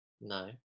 No